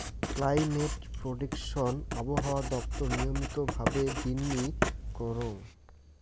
climate prediction আবহাওয়া দপ্তর নিয়মিত ভাবে দিননি করং